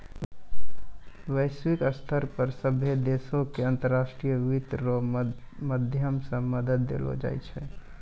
वैश्विक स्तर पर सभ्भे देशो के अन्तर्राष्ट्रीय वित्त रो माध्यम से मदद देलो जाय छै